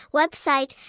website